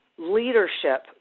leadership